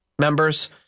members